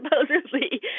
supposedly